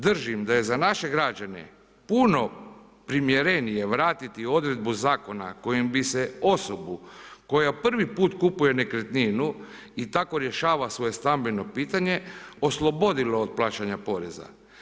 Držim da je za naše građane puno primjerenije vratiti odredbu zakona kojim bi se osobu koja prvi put kupuje nekretninu i tako rješava svoje stambeno pitanje oslobodilo od plaćanja poreza.